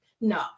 no